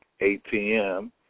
ATM